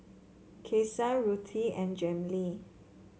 Kason Ruthie and Jamey